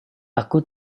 aku